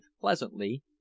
pleasantly